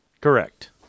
Correct